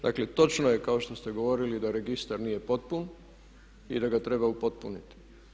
Dakle, točno je kao što ste govorili da registar nije potpun i da ga treba upotpuniti.